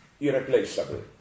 irreplaceable